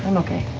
and okay.